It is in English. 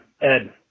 Ed